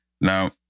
Now